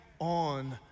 on